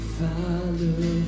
follow